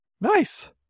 Nice